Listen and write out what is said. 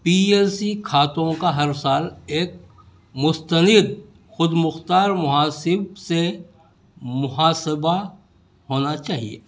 پی L C کھاتوں کا ہر سال ایک مستند خود مختار محاسب سے محاسبہ ہونا چاہیے